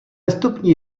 vstupní